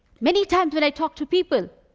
many times when i talk to people,